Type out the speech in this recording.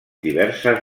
diverses